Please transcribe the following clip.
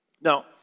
Now